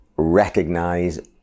recognize